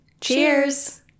Cheers